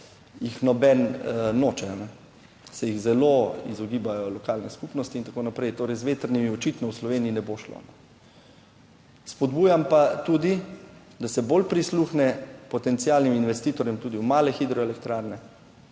jih noben noče, se jih zelo izogibajo, lokalne skupnosti in tako naprej. Torej, z vetrnimi očitno v Sloveniji ne bo šlo. Spodbujam pa tudi, da se bolj prisluhne potencialnim investitorjem tudi v male hidroelektrarne,